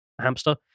hamster